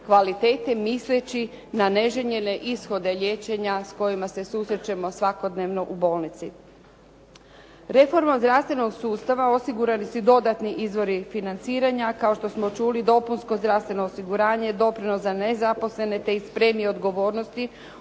kvalitete misleći na neželjene ishode liječenja s kojima se susrećemo svakodnevno u bolnici. Reformom zdravstvenog sustava osigurani su i dodatni izvori financiranja kao što smo čuli: dopunsko zdravstveno osiguranje, doprinos za nezaposlene te iz premije odgovornosti